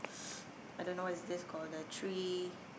I don't know what is this called the tree